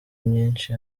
myinshi